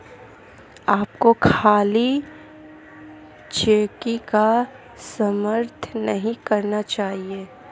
आपको खाली चेकों का समर्थन नहीं करना चाहिए